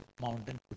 mountain